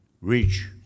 reach